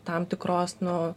tam tikros nu